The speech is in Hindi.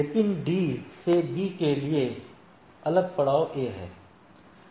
लेकिन डी से बी के लिए अगला पड़ाव ए है